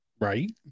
right